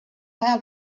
ajal